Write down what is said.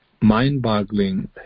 mind-boggling